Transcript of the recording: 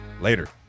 later